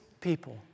people